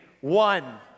One